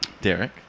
Derek